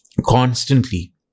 constantly